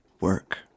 work